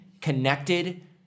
connected